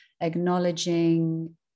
acknowledging